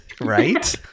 Right